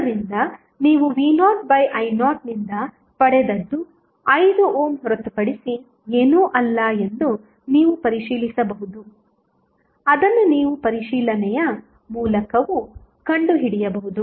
ಆದ್ದರಿಂದ ನೀವು v0i0 ನಿಂದ ಪಡೆದದ್ದು 5 ಓಮ್ ಹೊರತುಪಡಿಸಿ ಏನೂ ಅಲ್ಲ ಎಂದು ನೀವು ಪರಿಶೀಲಿಸಬಹುದು ಅದನ್ನು ನೀವು ಪರಿಶೀಲನೆಯ ಮೂಲಕವೂ ಕಂಡುಹಿಡಿಯಬಹುದು